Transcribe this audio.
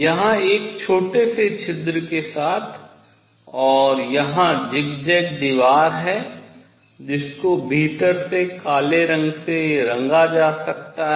यहाँ एक छोटे से छिद्र के साथ और यहाँ ज़िगज़ैग दीवार जिसको भीतर से काले रंग से रंगा जा सकता है